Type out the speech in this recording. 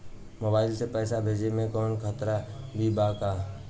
Mobile से पैसा भेजे मे कौनों खतरा भी बा का?